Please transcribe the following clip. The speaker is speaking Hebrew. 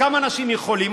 כמה אנשים יכולים.